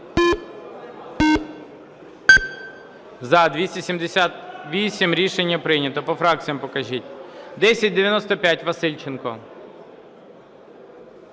За-278 Рішення прийнято. По фракціям покажіть. 1095, Васильченко.